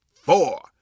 four